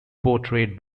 portrayed